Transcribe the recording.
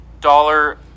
dollar